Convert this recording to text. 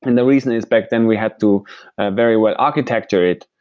and the reason is back then we had to very well architecture it,